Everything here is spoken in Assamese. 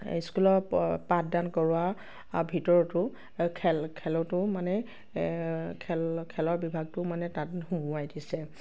স্কুলৰ প পাঠদান কৰোৱা আৰু ভিতৰতো খেল খেলতো মানে খেল খেলৰ বিভাগটোও মানে তাত সোমোৱাই দিছে